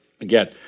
Again